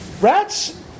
rats